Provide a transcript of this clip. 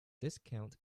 discount